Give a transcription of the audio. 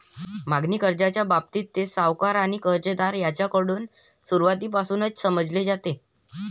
मागणी कर्जाच्या बाबतीत, ते सावकार आणि कर्जदार यांच्याकडून सुरुवातीपासूनच समजले जाते